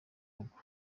rugo